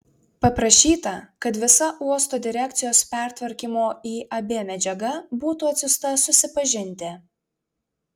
paprašyta kad visa uosto direkcijos pertvarkymo į ab medžiaga būtų atsiųsta susipažinti